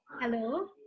Hello